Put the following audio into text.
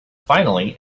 finally